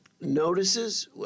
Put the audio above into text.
notices